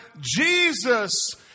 Jesus